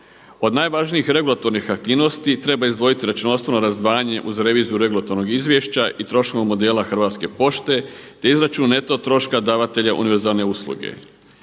Od najvažnijih regulatornih aktivnosti treba izdvojiti računovodstveno razdvajanje uz reviziju regulatornog izvješća i …/Govornik se ne razumije./… Hrvatske pošte, te izračun neto troška davatelja univerzalne usluge.